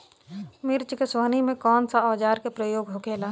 मिर्च के सोहनी में कौन सा औजार के प्रयोग होखेला?